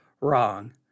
wrong